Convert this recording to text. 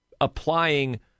applying